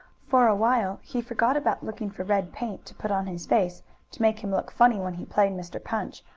for a while he forgot about looking for red paint to put on his face to make him look funny when he played mr. punch,